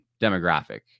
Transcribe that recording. demographic